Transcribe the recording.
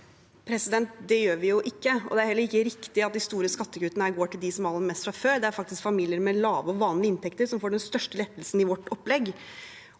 Det gjør vi jo ikke, og det er heller ikke riktig at de store skattekuttene går til dem som har aller mest fra før. Det er faktisk familier med lave og vanlige inntekter som får den største lettelsen i vårt opplegg.